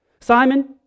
Simon